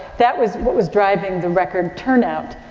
that was what was driving the record turnout.